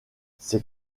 ses